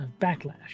backlash